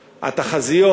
התחזיות.